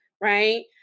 Right